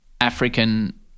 African